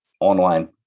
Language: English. online